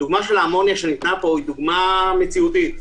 הדוגמה של האמוניה היא דוגמה מציאותית.